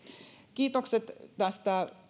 kiitokset tästä